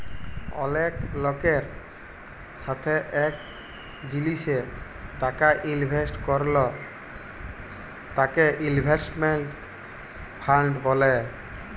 অলেক লকের সাথে এক জিলিসে টাকা ইলভেস্ট করল তাকে ইনভেস্টমেন্ট ফান্ড ব্যলে